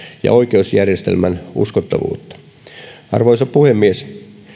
ja oikeusjärjestelmän uskottavuutta arvoisa puhemies edellä olevan